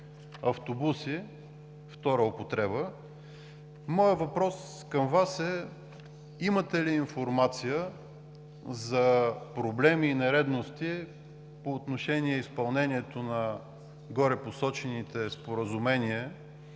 автобуси втора употреба. Моят въпрос към Вас е: имате ли информация за проблеми и нередности по отношение изпълнението на горепосочените споразумение